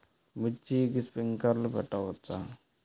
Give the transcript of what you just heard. మిర్చికి స్ప్రింక్లర్లు పెట్టవచ్చా?